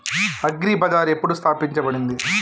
Agri bazaar ఎప్పుడు స్థాపించబడింది?